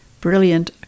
brilliant